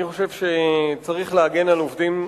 אני חושב שצריך להגן על עובדים,